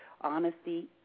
Honesty